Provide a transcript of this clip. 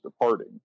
departing